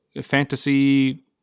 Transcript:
fantasy